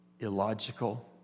illogical